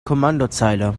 kommandozeile